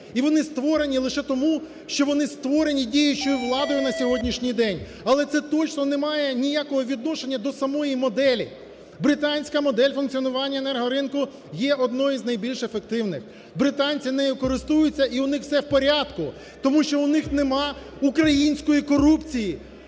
і вони створені лише тому, що вони створені діючою владою на сьогоднішній день. Але це точно не має ніякого відношення до самої моделі. Британська модель функціонування енергоринку є однією з найбільш ефективних. Британці нею користуються і у них все в порядку, тому що у них немає української корупції,